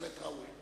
בהחלט ראוי.